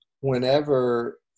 whenever